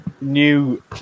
new